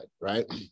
right